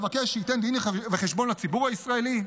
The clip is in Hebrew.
לבקש שייתן דין וחשבון לציבור הישראלי?